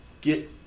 get